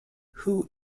who